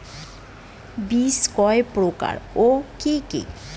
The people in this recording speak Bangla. বীজ কয় প্রকার ও কি কি?